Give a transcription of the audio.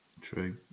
True